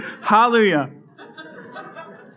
Hallelujah